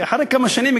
כי אחרי כמה שנים,